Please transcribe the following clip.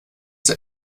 der